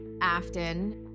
Afton